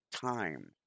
time